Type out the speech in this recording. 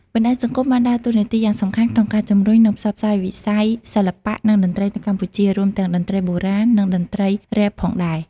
បណ្ដាញសង្គមបានដើរតួនាទីយ៉ាងសំខាន់ក្នុងការជំរុញ និងផ្សព្វផ្សាយវិស័យសិល្បៈ និងតន្ត្រីនៅកម្ពុជា រួមទាំងតន្ត្រីបុរាណ និងតន្ត្រីរ៉េបផងដែរ។